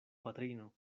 patrino